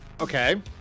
Okay